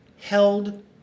held